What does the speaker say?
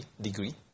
degree